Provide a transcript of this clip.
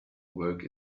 work